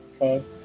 okay